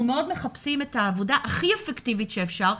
מחפשים את העבודה הכי אפקטיבית שאפשר.